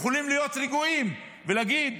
יכולים להיות רגועים ולהגיד: